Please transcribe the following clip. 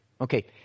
Okay